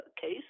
case